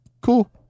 cool